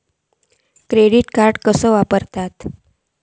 Credit card कसा वापरूचा?